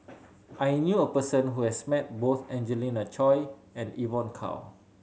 I knew a person who has met both Angelina Choy and Evon Kow